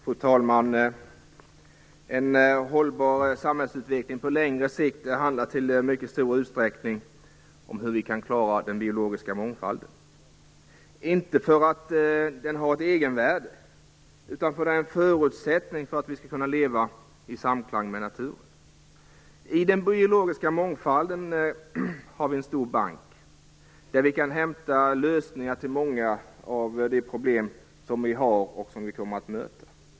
Fru talman! En hållbar samhällsutveckling på längre sikt handlar i mycket stor utsträckning om hur vi kan klara den biologiska mångfalden, inte för att den har ett egenvärde utan för att den är en förutsättning för att vi skall kunna leva i samklang med naturen. I den biologiska mångfalden har vi en stor bank där vi kan hämta lösningar på många av de problem som vi har och som vi kommer att möta.